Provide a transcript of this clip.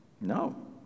No